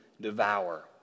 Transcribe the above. devour